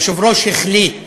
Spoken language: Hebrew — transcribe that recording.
היושב-ראש החליט